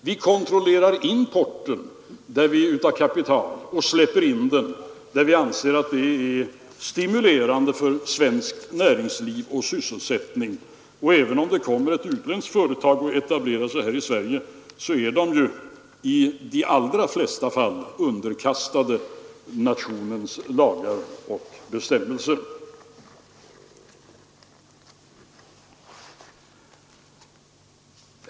Vi kontrollerar importen av kapital och släpper in den där vi anser att det är stimulerande för svenskt näringsliv och svensk sysselsättning, och även om det kommer utländska företag och etablerar sig här i Sverige är de i de allra flesta fall underkastade nationens lagar och bestämmelser.